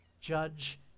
Judge